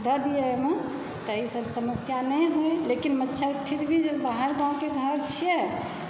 धऽ दियै ओहिमे तऽ ई सभ समस्या नहि हुए लेकिन फिर भी बाहर गाँवकेँ घर छियै